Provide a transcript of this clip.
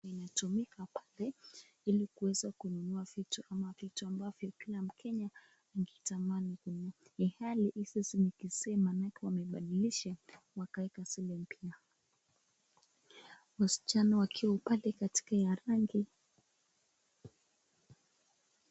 inatumika pale ili kuweza kununua vitu ama vitu ambavyo kila mkenya angetamani kununua. Hali hii sasa nikisema maanake wamebadilisha wakaweka shilingi mpya. Wasichana wakiwa pale katika ya rangi.